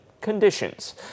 conditions